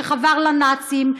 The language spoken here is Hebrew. שחבר לנאצים,